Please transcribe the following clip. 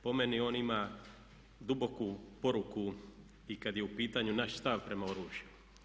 Po meni on ima duboku poruku i kad je u pitanju naš stav prema oružju.